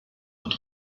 und